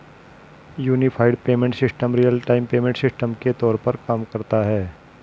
unified payment system real time payment system के तौर पर काम करता है